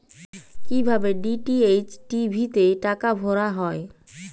কি ভাবে DTH TV তে টাকা ভরা হয়?